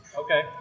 Okay